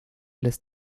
lässt